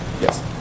Yes